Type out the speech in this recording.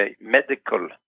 medical